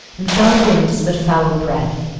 and foul wind is but foul breath,